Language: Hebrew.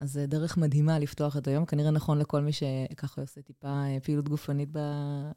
אז זה דרך מדהימה לפתוח את היום, כנראה נכון לכל מי שככה עושה טיפה פעילות גופנית ב..